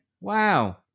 Wow